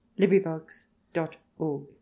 LibriVox.org